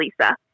Lisa